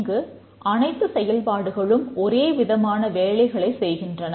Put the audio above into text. இங்கு அனைத்து செயல்பாடுகளும் ஒரே விதமான வேலைகளைச் செய்கின்றன